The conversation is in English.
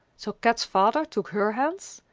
so kat's father took her hands,